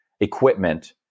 equipment